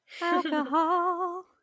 Alcohol